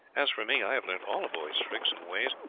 as for me, i have learnt all a boy's tricks and ways.